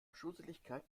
schusseligkeit